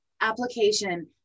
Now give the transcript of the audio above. application